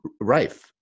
rife